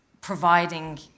providing